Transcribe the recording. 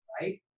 Right